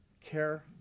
care